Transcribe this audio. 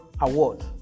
award